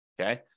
Okay